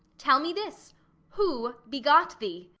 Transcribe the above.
tell me this who begot thee?